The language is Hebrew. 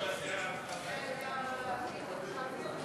הוראות בעניין תוכנית הטבות לצרכן),